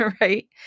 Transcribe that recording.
Right